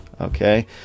okay